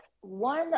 one